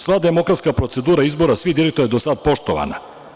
Sva demokratska procedura izbora svih direktora do sada je poštovana.